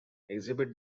exhibit